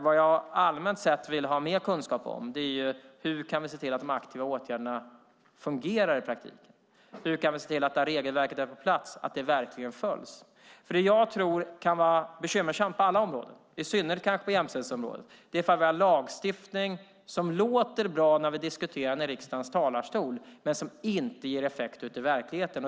Vad jag allmänt sett vill ha mer kunskap om är hur vi kan se till att de aktiva åtgärderna fungerar i praktiken. Hur kan vi se till att regelverket när det är på plats verkligen följs? Det jag tror kan vara bekymmersamt på alla områden, i synnerhet kanske på jämställdhetsområdet, är ifall vi har lagstiftning som låter bra när vi diskuterar den i riksdagens talarstol men som inte ger effekt ute i verkligheten.